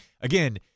again